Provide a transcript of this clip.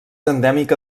endèmica